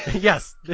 Yes